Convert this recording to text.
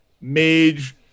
mage